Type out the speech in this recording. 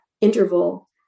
interval